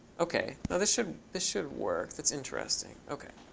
ok. now, this should this should work. that's interesting. ok.